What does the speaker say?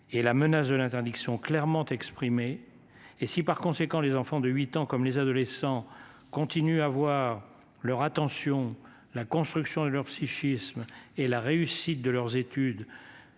et la menace de l'interdiction clairement exprimée. Et si, par conséquent, les enfants de 8 ans comme les adolescents, continuent à voir leur attention la construction de leur psychisme et la réussite de leurs études